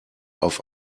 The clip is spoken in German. auf